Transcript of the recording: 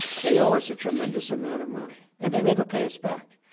they owe us a tremendous amount of money and they never pay us back.